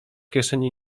kieszeni